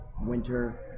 winter